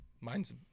mine's